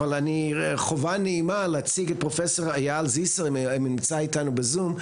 אבל יש לי חובה נעימה להציג את פרופ' אייל זיסר שנמצא איתנו בזום.